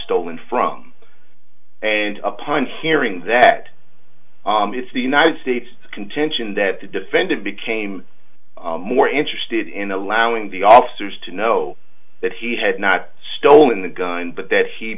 stolen from and upon hearing that it's the united states contention that the defendant became more interested in allowing the officers to know that he had not stolen the gun but that he